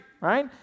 right